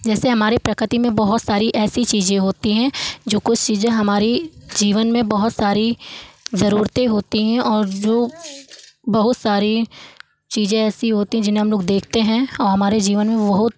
जैसे हमारे प्रकृति में बहुत सारी ऐसी चीज़ें होती हैं जो कुछ चीज़ें हमारी जीवन में बहुत सारी ज़रूरतें होती हैं और जो बहुत सारी चीज़ें ऐसी होती हैं जिन्हें हम लोग देखते हैं और हमारे जीवन में बहुत